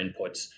inputs